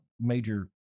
major